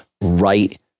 right